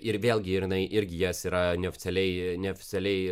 ir vėlgi ir jinai irgi jas yra neoficialiai neoficialiai